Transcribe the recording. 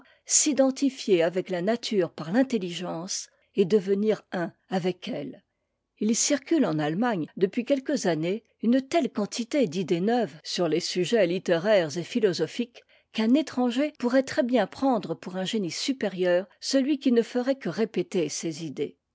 s'identifier avec la nature par fm e ekee devenir mm avec elle u circule en allemagne depuis quelques années une telle quantité d'idées neuves sur les sujets littéraires et philosophiques qu'un étranger pourrait très-bien prendre pour un génie supérieur celui qui ne ferait que répéter ces idées